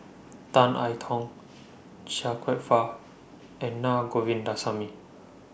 Tan I Tong Chia Kwek Fah and Na Govindasamy